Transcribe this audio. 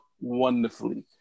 wonderfully